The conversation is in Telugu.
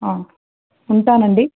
ఉంటాను అండి